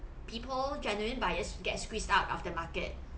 people genuine buyers get squeezed out of the market